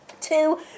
Two